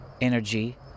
energy